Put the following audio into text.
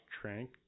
Trank